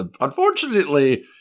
unfortunately